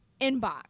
inbox